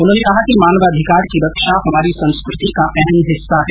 उन्होंने कहा कि मानवाधिकार की रक्षा हमारी संस्कृति का अहम हिस्सा है